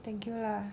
thank you lah